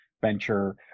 venture